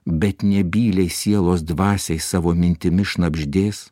bet nebyliai sielos dvasiai savo mintimis šnabždės